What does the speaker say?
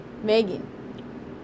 Megan